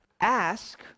ask